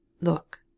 Look